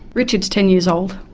richard is ten years old.